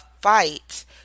fight